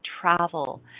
travel